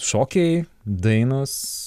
šokiai dainos